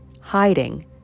hiding